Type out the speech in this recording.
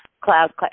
cloud